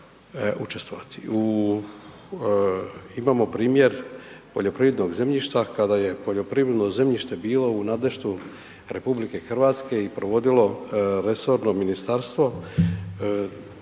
učestvovati. U, imamo primjer poljoprivrednog zemljišta, kad je poljoprivredno zemljište bilo u .../Govornik se ne razumije./... RH-e i provodilo resorno ministarstvo.